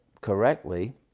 correctly